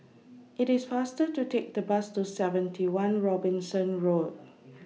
IT IS faster to Take The Bus to seventy one Robinson Road